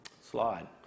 slide